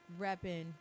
repping